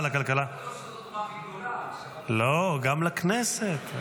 לכלכלה ----- לא, גם לכנסת.